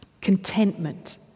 contentment